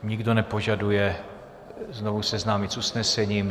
Nikdo nepožaduje znovu seznámit s usnesením.